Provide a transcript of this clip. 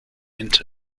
into